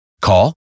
Call